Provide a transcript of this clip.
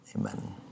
Amen